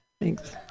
Thanks